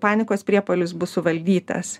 panikos priepuolis bus suvaldytas